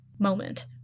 moment